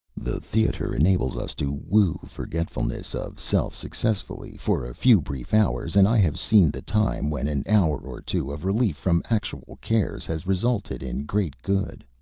the theatre enables us to woo forgetfulness of self successfully for a few brief hours, and i have seen the time when an hour or two of relief from actual cares has resulted in great good.